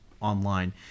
online